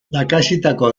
lakaxitako